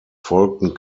folgten